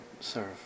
serve